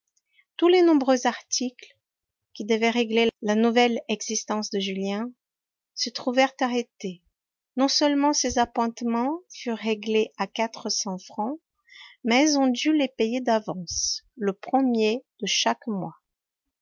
tous les nombreux articles qui devaient régler la nouvelle existence de julien se trouvèrent arrêtés non seulement ses appointements furent réglés à quatre cents francs mais on dut les payer d'avance le premier de chaque mois